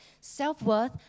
Self-worth